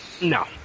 No